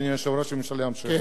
אני רוצה להמשיך.